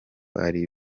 ari